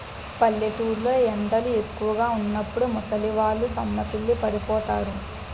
పల్లెటూరు లో ఎండలు ఎక్కువుగా వున్నప్పుడు ముసలివాళ్ళు సొమ్మసిల్లి పడిపోతారు